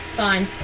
fine